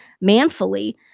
manfully